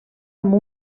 amb